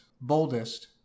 boldest